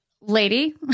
lady